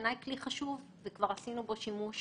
יש דוגמאות במקרים